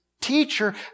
teacher